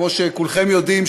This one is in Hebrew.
כמו שכולכם יודעים,